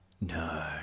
No